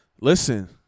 Listen